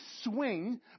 swing